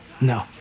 No